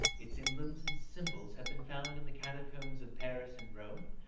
its emblems and symbols have been found in the catacombs of paris and rome,